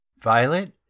violet